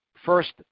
First